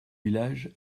village